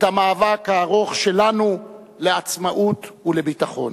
את המאבק הארוך שלנו לעצמאות ולביטחון.